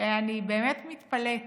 שאני באמת מתפלאת